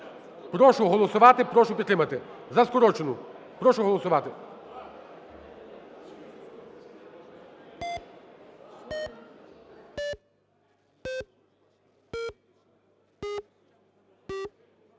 Прошу голосувати, прошу підтримати, за скорочену, прошу голосувати.